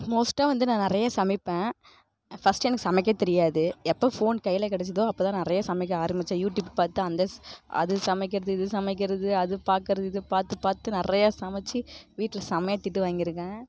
மோஸ்ட்டாக வந்து நான் நிறைய சமைப்பேன் ஃபஸ்ட்டு எனக்கு சமைக்க தெரியாது எப்போ ஃபோன் கையில் கிடச்சிதோ அப்போ தான் நிறைய சமைக்க ஆரமித்தேன் யூடியூப்பை பார்த்து அந்த ஸ் அது சமைக்கிறது இது சமைக்கிறது அது பார்க்கறது இது பார்த்து பார்த்து நிறையா சமச்சு வீட்டில் செமையாக திட்டு வாங்கியிருக்கேன்